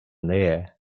nähe